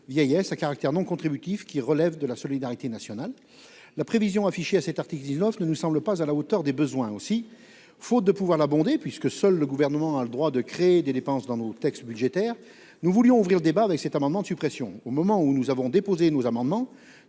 vieillesse à caractère non contributif qui relèvent de la solidarité nationale. La prévision affichée à cet article 19 ne nous semble pas à la hauteur des besoins aussi faute de pouvoir l'abonder puisque seul le gouvernement a le droit de créer des dépenses dans nos textes budgétaires. Nous voulions ouvrir le débat avec cet amendement de suppression au moment où nous avons déposé nos amendements.